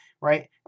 right